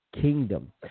kingdom